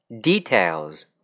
details